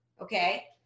okay